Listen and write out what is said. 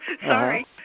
Sorry